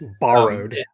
Borrowed